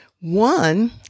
One